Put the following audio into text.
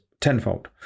tenfold